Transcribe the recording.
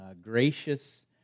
gracious